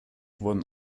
wurden